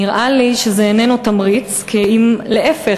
נראה לי שזה איננו תמריץ כי אם להפך,